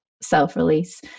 self-release